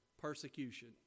persecution